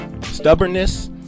Stubbornness